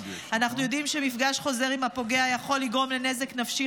אנחנו יודעים שמפגש חוזר עם הפוגע יכול לגרום לנזק נפשי